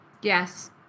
Yes